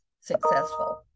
successful